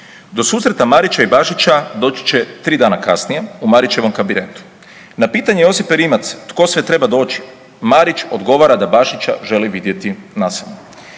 Do susreta Marića i Bašića doći će 3 dana kasnije u Marićevom kabinetu. Na pitanje Josipe Rimac tko sve treba doći, Marić odgovora da Bašića želi vidjeti nasamo.